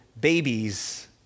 babies